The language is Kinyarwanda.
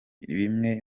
imwe